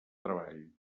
treball